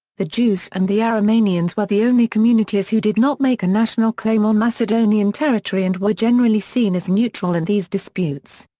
the jews and the aromanians were the only communities who did not make a national claim on macedonian territory and were generally seen as neutral in these disputes.